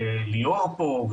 של ליאור פה,